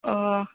अ